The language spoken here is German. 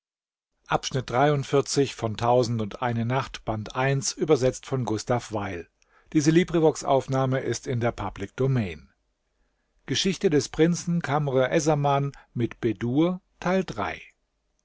worte des prinzen